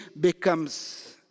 becomes